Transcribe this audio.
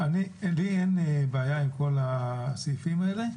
לי אין בעיה עם כל הסעיפים האלה,